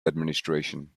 administration